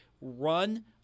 run